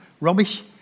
Rubbish